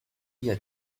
your